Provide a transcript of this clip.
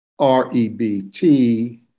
REBT